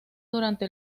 durante